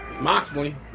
Moxley